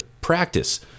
practice